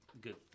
good